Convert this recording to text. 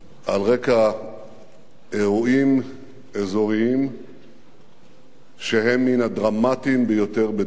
על רקע אירועים אזוריים שהם מן הדרמטיים ביותר בדורנו: